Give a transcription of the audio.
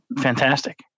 fantastic